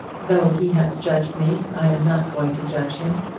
though he has judged me i am not going to judge him.